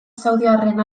saudiarren